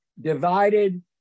divided